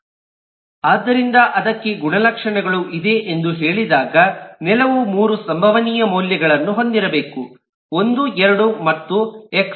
ಉದಾಹರಣೆಗೆ ಅದಕ್ಕೆ ಗುಣಲಕ್ಷಣಗಳು ಇದೆ ಎಂದು ಹೇಳಿದಾಗ ನೆಲವು 3 ಸಂಭವನೀಯ ಮೌಲ್ಯಗಳನ್ನು ಹೊಂದಿರಬೇಕು 12 ಮತ್ತು ಎಕ್ಸ್